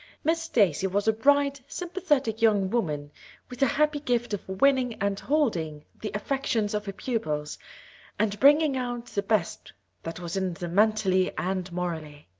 miss stacy was a bright, sympathetic young woman with the happy gift of winning and holding the affections of her pupils and bringing out the best that was in them mentally and morally.